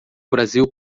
brasil